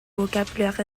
vocabulaire